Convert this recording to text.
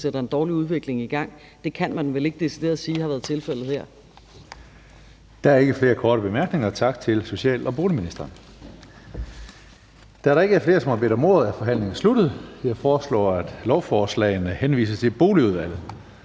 sætter en dårlig udvikling i gang. Det kan man vel ikke decideret at sige har været tilfældet her? Kl. 21:04 Tredje næstformand (Karsten Hønge): Der er ikke flere korte bemærkninger. Tak til social- og boligministeren. Da der ikke er flere, som har bedt om ordet, er forhandlingen sluttet. Jeg foreslår, at lovforslagene henvises til Boligudvalget.